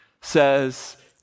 says